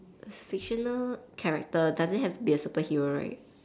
fictional character doesn't have to be a superhero right